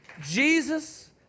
Jesus